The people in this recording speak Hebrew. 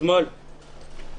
אתמול,